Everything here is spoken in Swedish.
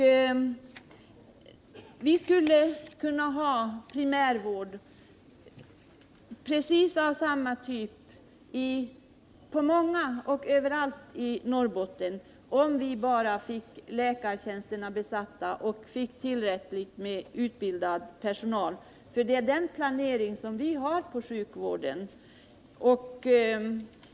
Vi skulle kunna ha primärvård av precis samma typ överallt i Norrbotten om vi bara fick läkartjänsterna besatta och om vi hade tillräckligt med utbildad personal. Vår sjukvårdsplanering går ut på detta.